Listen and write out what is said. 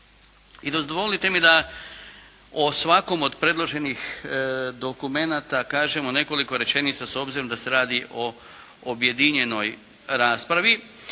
I dozvolite mi da o svakom od predloženih dokumenata kažem nekoliko rečenica s obzirom da se radi o objedinjenoj raspravi.